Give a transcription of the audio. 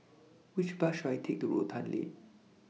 Which Bus should I Take to Rotan Lane